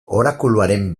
orakuluaren